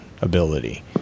ability